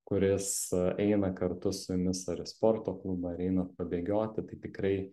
kuris eina kartu su jumis ar į sporto klubą ar einat pabėgioti tai tikrai